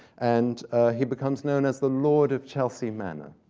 and he becomes known as the lord of chelsea manor,